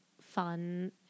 fun